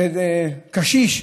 קשיש,